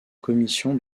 commission